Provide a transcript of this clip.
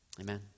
amen